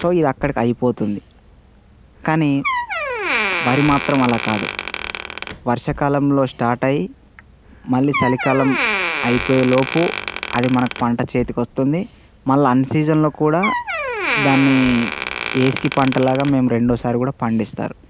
so ఇది అక్కడికి అయిపోతుంది కాని వరి మాత్రం అలా కాదు వర్షకాలంలో స్టార్ట్ అయి మళ్ళీ చలికాలం అయిపోయేలోపు అది పంట మన చేతికి వస్తుంది మళ్ళా అన్సీజన్లో కూడా దాన్ని వేసి పంటలాగా మేము రెండోసారి కూడా పండిస్తారు